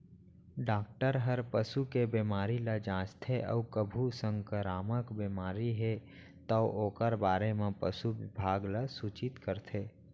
doctor हर पसू के बेमारी ल जांचथे अउ कभू संकरामक बेमारी हे तौ ओकर बारे म पसु बिभाग ल सूचित करथे